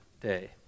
day